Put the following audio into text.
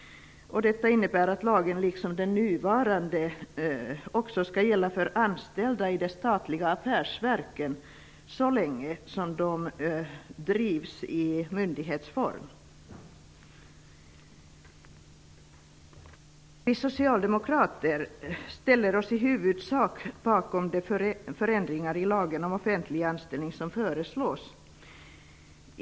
Detta innebär att den nya lagen -- i likhet med nuvarande lag -- också gäller anställda vid de statliga affärsverken, så länge dessa drivs i myndighetsform. Vi socialdemokrater ställer oss i huvudsak bakom de förändringar i lagen om offentlig anställning som föreslås.